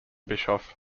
bischoff